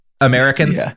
americans